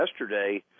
yesterday